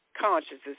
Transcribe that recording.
consciousness